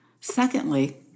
Secondly